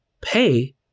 pay